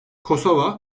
kosova